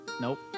Nope